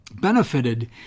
benefited